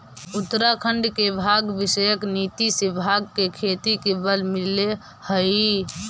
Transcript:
उत्तराखण्ड के भाँग विषयक नीति से भाँग के खेती के बल मिलले हइ